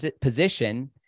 position